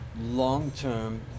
long-term